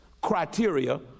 criteria